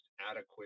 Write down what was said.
adequate